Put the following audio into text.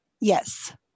Yes